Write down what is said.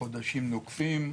החודשים נוקפים,